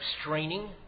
straining